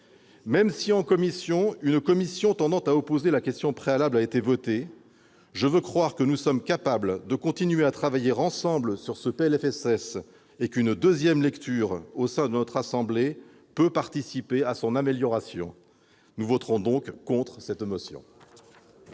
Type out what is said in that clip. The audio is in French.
Même si, en commission, une motion tendant à opposer la question préalable a été votée, je veux croire que nous sommes capables de continuer à travailler ensemble sur ce PLFSS et qu'une nouvelle lecture au sein de notre assemblée peut participer à son amélioration. Nous voterons donc contre cette motion.